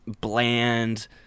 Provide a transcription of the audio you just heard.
bland